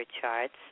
charts